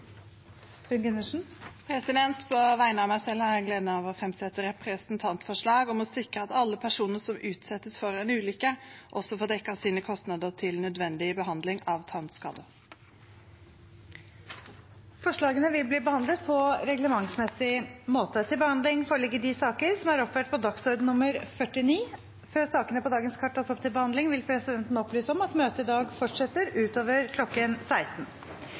På vegne av meg selv har jeg gleden av å framsette et representantforslag om å sikre at alle personer som utsettes for en ulykke, også får dekket sine kostnader til nødvendig behandling av tannskader. Forslagene vil bli behandlet på reglementsmessig måte. Før sakene på dagens kart tas opp til behandling, vil presidenten opplyse om at møtet i dag fortsetter utover kl. 16.: